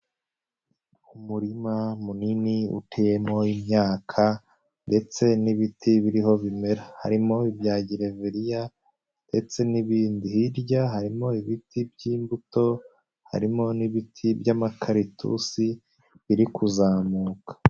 Umurima munini uteyemo imyaka ndetse n'ibiti biriho bimera, harimo ibya gereveriya ndetse n'ibindi, hirya harimo ibiti by'imbuto, harimo n'ibiti by'amakaratusi biri kuzamuka.